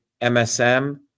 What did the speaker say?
MSM